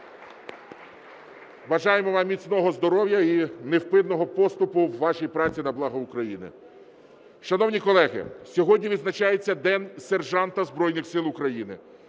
Бажаємо вам міцного здоров'я і невпинного поступу у вашій праці на благо України! Шановні колеги, сьогодні відзначається День сержанта Збройних Сил України.